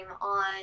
on